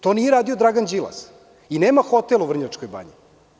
To nije radio Dragan Đilas, i nema hotel u Vrnjačkoj banji.